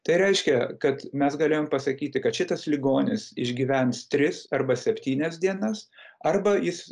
tai reiškia kad mes galėjom pasakyti kad šitas ligonis išgyvens tris arba septynias dienas arba jis